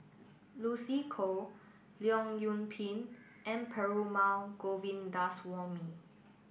Lucy Koh Leong Yoon Pin and Perumal Govindaswamy